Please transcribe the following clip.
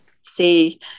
see